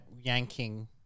yanking